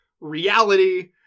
reality